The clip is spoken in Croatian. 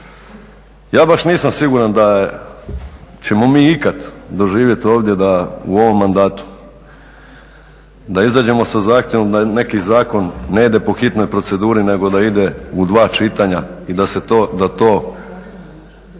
Ja baš nisam siguran da ćemo mi ikad doživjeti ovdje u ovom mandatu, da izađemo sa zahtjevom da neki zakon ne ide po hitnoj proceduri nego da ide u dva čitanja i da to